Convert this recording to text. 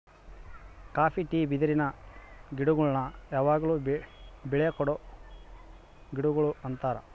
copy tea ಬಿದಿರಿನ ಗಿಡಗುಳ್ನ ಯಾವಗ್ಲು ಬೆಳೆ ಕೊಡೊ ಗಿಡಗುಳು ಅಂತಾರ